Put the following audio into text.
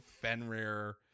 Fenrir